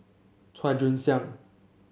Chua Joon Siang